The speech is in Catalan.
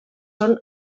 són